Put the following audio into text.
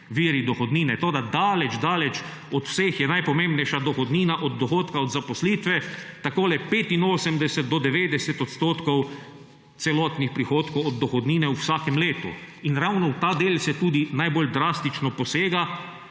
viri dohodnine. Toda daleč, daleč od vseh je najpomembnejša dohodnina od dohodka od zaposlitve, 85 do 90 odstotkov celotnih prihodkov od dohodnine v vsakem letu. In ravno v ta del se tudi najbolj drastično posega,